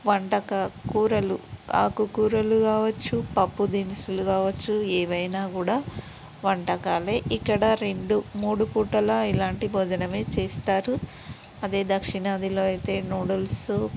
వంటక కూరలు ఆకుకూరలు కావచ్చు పప్పు దినుసులు కావచ్చు ఏవైనా కూడా వంటకాలే ఇక్కడ రెండు మూడు పూటలా ఇలాంటి భోజనమే చేస్తారు అదే దక్షిణాదిలో అయితే నూడిల్సు